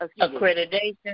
accreditation